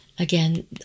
again